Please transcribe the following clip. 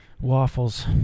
Waffles